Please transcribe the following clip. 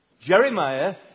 Jeremiah